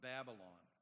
Babylon